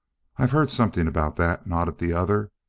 i've heard something about that, nodded the other.